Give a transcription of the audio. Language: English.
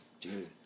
dude